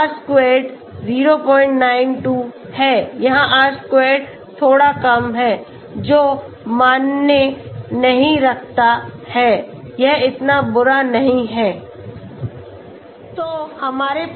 यहाँ R squared 092 है यहाँ R squared थोड़ा कम है जो मन्ने नहीं रखता है यह इतना बुरा नहीं है